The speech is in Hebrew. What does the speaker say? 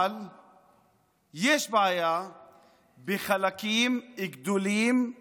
אבל יש בעיה בחלקים גדולים של